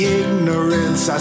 ignorance